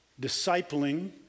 discipling